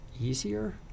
easier